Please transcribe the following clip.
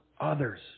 others